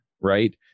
right